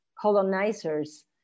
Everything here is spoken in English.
colonizers